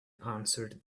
answered